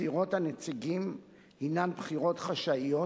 בחירות הנציגים הינן בחירות חשאיות